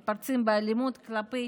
מתפרצים באלימות כלפי